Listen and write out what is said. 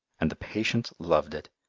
and the patients loved it!